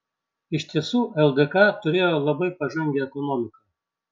iš tiesų ldk turėjo labai pažangią ekonomiką